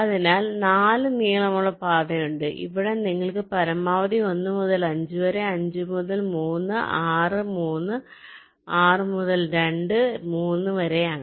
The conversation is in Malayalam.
അതിനാൽ 4 നീളമുള്ള പാതയുണ്ട് ഇവിടെ നിങ്ങൾക്ക് പരമാവധി 1 മുതൽ 5 വരെ 5 മുതൽ 3 6 3 6 മുതൽ 2 3 വരെ ആണ്